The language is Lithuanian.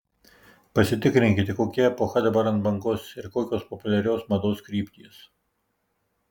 pasitikrinkite kokia epocha dabar ant bangos ir kokios populiarios mados kryptys